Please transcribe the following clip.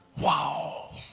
Wow